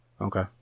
Okay